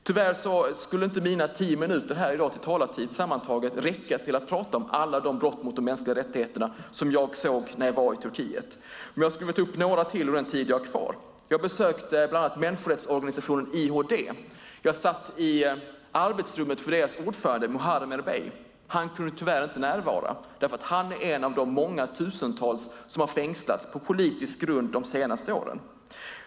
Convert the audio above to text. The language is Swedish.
Tyvärr skulle inte mina tio minuters talartid här i dag sammantaget räcka till att prata om alla de brott mot de mänskliga rättigheterna som jag såg när jag var i Turkiet. Men jag skulle vilja ta upp några till under den tid jag har kvar. Jag besökte bland annat människorättsorganisationen IHD. Jag satt i deras ordförande Muharrem Erbeys arbetsrum. Han kunde tyvärr inte närvara därför att han är en av de många tusentals som har fängslats på politisk grund de senaste åren.